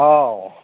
औ